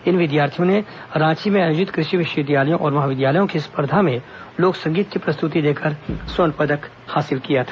इन विद्यार्थियों ने रांची में आयोजित कृषि विश्वविद्यालयों और महाविद्यालयों की स्पर्धा में लोक संगीत की प्रस्तुति देकर स्वर्ण पदक जीता था